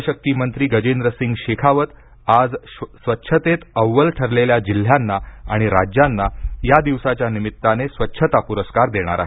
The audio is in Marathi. जलशक्ती मंत्री गजेंद्र सिंग शेखावत आज स्वच्छतेत अव्वल ठरलेल्या जिल्ह्यांना आणि राज्यांना या दिवसाच्या निमित्ताने स्वच्छता पुरस्कार देणार आहेत